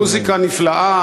מוזיקה נפלאה,